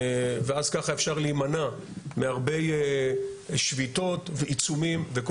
ואז ככה אפשר להימנע מהרבה שביתות ועיצומים וכל